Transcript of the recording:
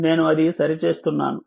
నేను అది సరి చేస్తున్నాను